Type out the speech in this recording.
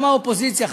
גם האופוזיציה,